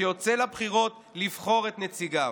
שיוצא לבחירות לבחור את נציגיו.